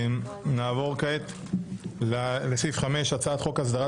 נעבור כעת לסעיף 5: הצעת חוק הסדרת